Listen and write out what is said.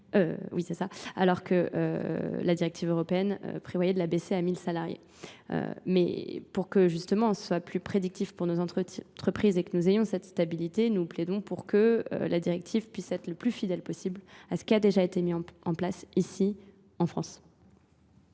Oui, c'est ça. Alors que la directive européenne prévoyait de la baisser à 1000 salariés. Mais pour que justement on soit plus prédictif pour nos entreprises et que nous ayons cette stabilité, nous plaidons pour que la directive puisse être le plus fidèle possible à ce qui a déjà été mis en place ici, en France.